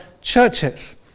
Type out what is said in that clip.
churches